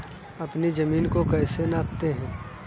अपनी जमीन को कैसे नापते हैं?